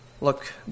Look